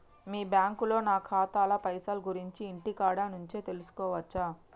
మీ బ్యాంకులో నా ఖాతాల పైసల గురించి ఇంటికాడ నుంచే తెలుసుకోవచ్చా?